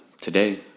Today